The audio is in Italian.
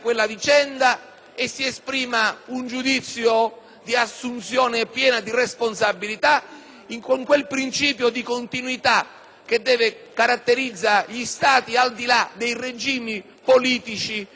con quel principio di continuità che deve caratterizzare gli Stati al di là dei regimi politici che li governano.